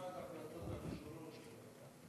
ואחת ההחלטות הראשונות שלה,